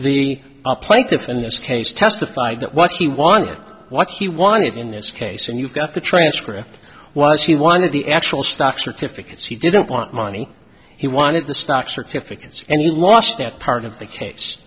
the plaintiff in this case testified that what he wanted what he wanted in this case and you've got the transcript was he wanted the actual stock certificates he didn't want money he wanted the stock certificates and he lost that part of the ca